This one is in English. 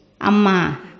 Ama